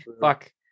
fuck